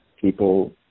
people